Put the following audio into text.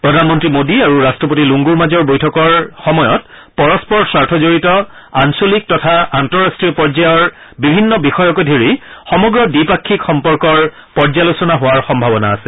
প্ৰধানমন্ত্ৰী মোডী আৰু ৰট্টপতি লুংগুৰ মাজৰ বৈঠকৰ সময়ত পৰস্পৰ স্বাৰ্থজড়িত আঞ্চলিক তথা আন্তঃৰাষ্ট্ৰীয় পৰ্যায়ৰ বিভিন্ন বিষয়কে ধৰি সমগ্ৰ দ্বিপাক্ষিক সম্পৰ্কৰ পৰ্যালোচনা হোৱাৰ সম্ভাৱনা আছে